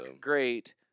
great